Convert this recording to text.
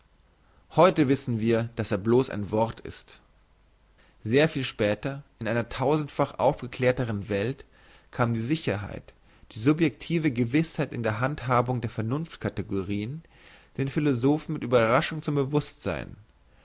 heute wissen wir dass er bloss ein wort ist sehr viel später in einer tausendfach aufgeklärteren welt kam die sicherheit die subjektive gewissheit in der handhabung der vemunft kategorien den philosophen mit überraschung zum bewusstsein